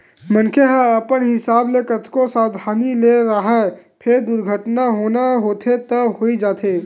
मनखे ह अपन हिसाब ले कतको सवधानी ले राहय फेर दुरघटना होना होथे त होइ जाथे